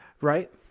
Right